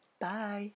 Bye